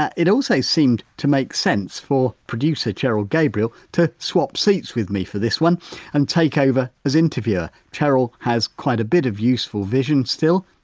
ah it also seemed to make sense for producer, cheryl gabriel, to swap seats with me for this one and take over as interviewer. cheryl has quite a bit of useful vision still,